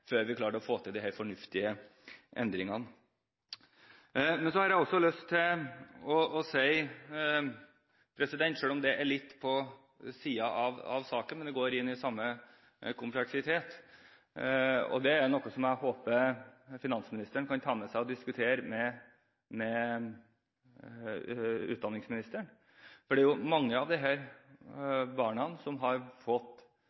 før vi klarte å få til disse fornuftige endringene. Jeg har lyst til å si noe – selv om det er litt på siden av saken, går det inn i samme kompleksitet – som jeg håper finansministeren kan ta med seg og diskutere med kunnskapsministeren. Mange av disse barna har fått nedsatt funksjonsevne, blitt funksjonshemmet og fått